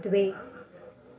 द्वे